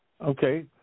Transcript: Okay